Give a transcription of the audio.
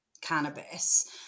cannabis